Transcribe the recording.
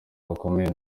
bakomeye